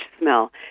smell